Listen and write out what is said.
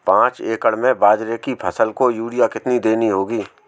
पांच एकड़ में बाजरे की फसल को यूरिया कितनी देनी होगी?